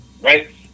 Right